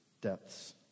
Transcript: depths